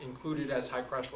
included as high pressure